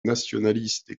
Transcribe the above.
nationalistes